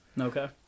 Okay